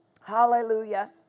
Hallelujah